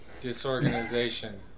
disorganization